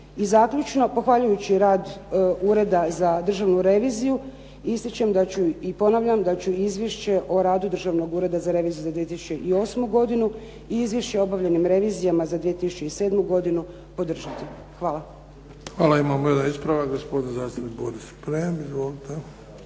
I zaključno, pohvaljujući rad Ureda za državnu reviziju ističem da ću i ponavljam da ću Izvješće o radu Državnog ureda za reviziju za 2008. godinu i Izvješće o obavljenim revizijama za 2007. podržati. Hvala. **Bebić, Luka (HDZ)** Hvala. Imamo jedan ispravak gospodin zastupnik Boris Šprem. Izvolite.